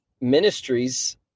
ministries